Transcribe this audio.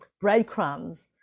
breadcrumbs